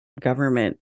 government